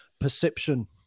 perception